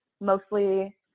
Mostly